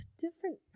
Different